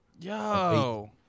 yo